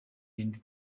irindwi